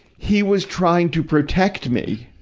he was trying to protect me